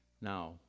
Now